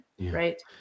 right